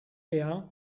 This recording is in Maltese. fiha